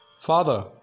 Father